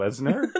Lesnar